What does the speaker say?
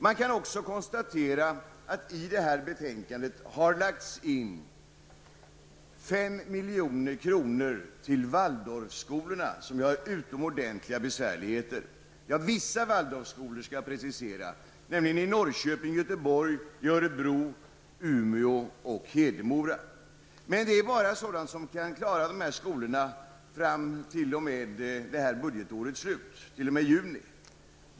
Man kan också konstatera att det i detta betänkande föreslås ett anslag på 5 milj.kr. till Hedemora -- har ju utomordentliga besvärligheter. Dessa 5 milj.kr. kan emellertid bara klara skolorna t.o.m. det här budgetårets slut.